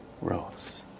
rose